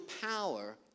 power